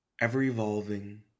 ever-evolving